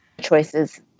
choices